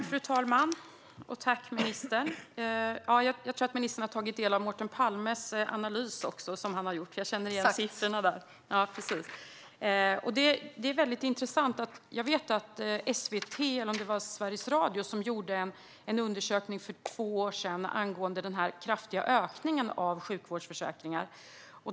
Fru talman! Jag tackar ministern för hennes inlägg. Jag tror att hon har tagit del av Mårten Palmes analys. Jag känner igen siffrorna. Det här är väldigt intressant. För två år sedan gjorde SVT, eller om det nu var Sveriges Radio, en undersökning angående den kraftiga ökningen av sjukvårdsförsäkringar.